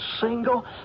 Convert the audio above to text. single